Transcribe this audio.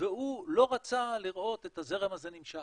והוא לא רצה לראות את הזרם הזה נמשך,